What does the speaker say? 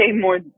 more